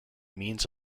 means